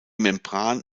membran